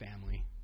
family